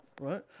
right